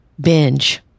binge